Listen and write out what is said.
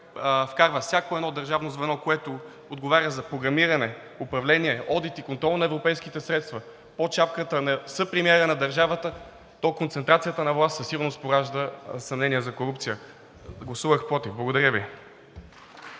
вкарва всяко едно държавно звено, което отговаря за програмиране, управление, одит и контрол на европейските средства, под шапката на съпремиера на държавата, то концентрацията на власт със сигурност поражда съмнения за корупция. Гласувах против. Благодаря Ви.